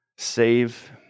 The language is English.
Save